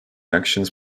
actions